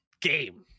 game